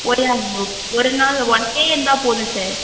போயே ஆகணும் ஒருநாள் ஒன் டே இருந்தால் போதும் சார்